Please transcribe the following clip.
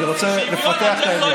אני רוצה לפתח את העניין.